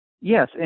Yes